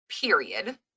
period